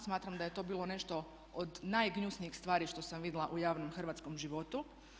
Smatram da je to bilo nešto od najgnjusnijih stvari što sam vidjela u javnom hrvatskom životu.